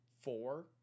four